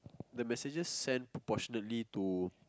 the messages send proportionally to